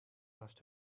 must